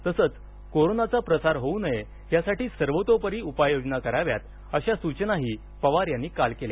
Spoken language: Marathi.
तसंच कोरोनाचा प्रसार होऊ नये यासाठी सर्वोतोपरी उपाययोजना कराव्या अशा सूचनाही काल पवार यांनी केल्या